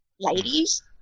ladies